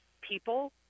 people